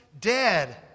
dead